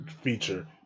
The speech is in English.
feature